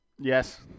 Yes